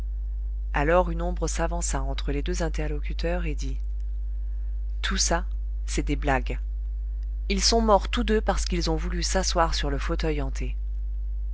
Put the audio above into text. alors une ombre s'avança entre les deux interlocuteurs et dit tout ça c'est des blagues ils sont morts tous deux parce qu'ils ont voulu s'asseoir sur le fauteuil hanté